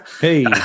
Hey